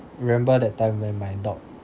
remember that time when my dog